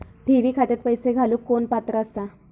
ठेवी खात्यात पैसे घालूक कोण पात्र आसा?